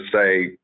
say